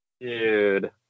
dude